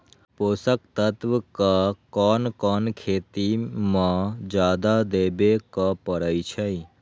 पोषक तत्व क कौन कौन खेती म जादा देवे क परईछी?